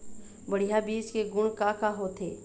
बढ़िया बीज के गुण का का होथे?